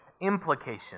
implication